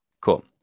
cool